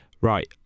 Right